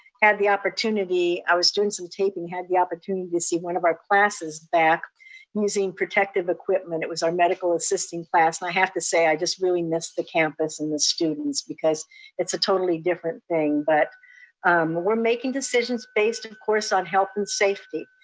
had the opportunity i was doing some taping, had the opportunity to see one of our classes back in using protective equipment. it was our medical assisting class. and i have to say, i just really miss the campus and the students because it's a totally different thing, but we're making decisions based of course, on health and safety.